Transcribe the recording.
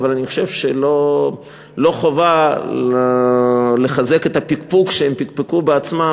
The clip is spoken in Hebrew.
אבל אני חושב שלא חובה לחזק את הפקפוק שהם פקפקו בעצמם.